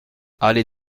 allée